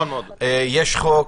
יש חוק.